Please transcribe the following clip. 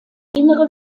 innere